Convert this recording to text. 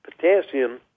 potassium